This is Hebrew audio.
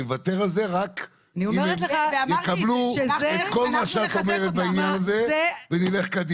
אני מוותר על זה רק אם יקבלו את כל מה שאת אומרת בעניין הזה ונלך קדימה.